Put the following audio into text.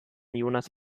jonas